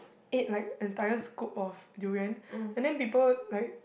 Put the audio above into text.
ate like entire scoop of durian and then people like